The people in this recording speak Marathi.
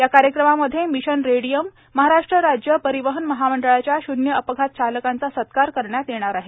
या कार्यक्रमामध्ये मिशन रेडियम महाराष्ट्र राज्य परिवहन महामंडळाच्या शून्य अपघात चालकांचा सत्कार करण्यात येणार आहे